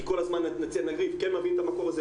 כי כל הזמן נחשוב כן להביא את המקור הזה,